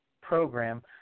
program